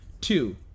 Two